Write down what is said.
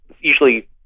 usually